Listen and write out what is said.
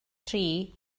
tri